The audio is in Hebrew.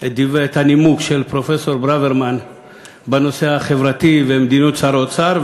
את הנימוק של פרופסור ברוורמן בנושא החברתי ומדיניות שר האוצר,